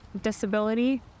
disability